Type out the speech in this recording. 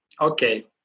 okay